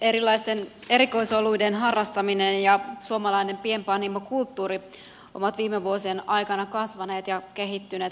erilaisten erikoisoluiden harrastaminen ja suomalainen pienpanimokulttuuri ovat viime vuosien aikana kasvaneet ja kehittyneet voimakkaasti